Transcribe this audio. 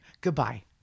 Goodbye